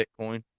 bitcoin